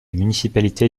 municipalité